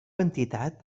entitat